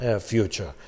future